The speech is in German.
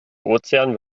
ozean